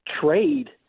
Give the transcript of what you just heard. trade